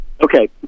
Okay